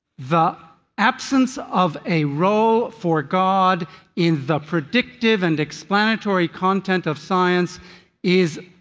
the absence of a role for god in the predictive and explanatory content of science is